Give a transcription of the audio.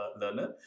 learner